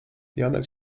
janek